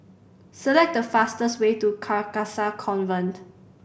select the fastest way to Carcasa Convent